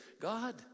God